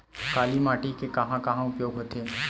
काली माटी के कहां कहा उपयोग होथे?